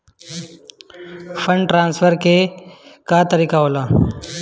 Fund transfer के का तरीका होला?